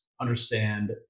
understand